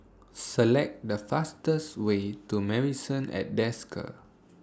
Select The fastest Way to Marrison At Desker